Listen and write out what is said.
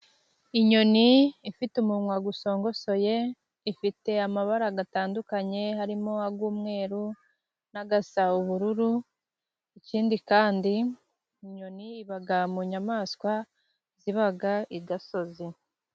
Inyoni ifite umunwa usongosoye, ifite amabara atandukanye, harimo ay'umweru n'asa ubururu, ikindi kandi, inyoni iba mu nyamaswa ziba i gasozi.